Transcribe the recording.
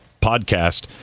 podcast